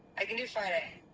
i can do friday.